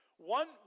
One